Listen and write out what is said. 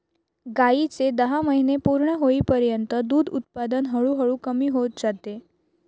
गायीचे दहा महिने पूर्ण होईपर्यंत दूध उत्पादन हळूहळू कमी होत जाते